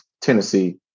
Tennessee